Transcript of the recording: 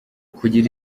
kugira